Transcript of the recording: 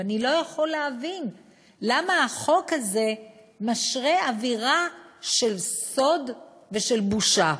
ואני לא יכול להבין למה החוק הזה משרה אווירה של סוד ושל בושה.